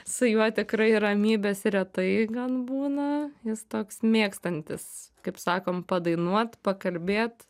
su juo tikrai ramybės ir retai gan būna jis toks mėgstantis kaip sakom padainuot pakalbėt